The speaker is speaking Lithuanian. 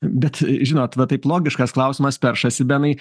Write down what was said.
bet žinot va taip logiškas klausimas peršasi benai